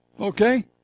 Okay